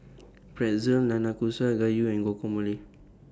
Pretzel Nanakusa Gayu and Guacamole